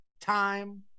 time